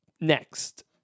next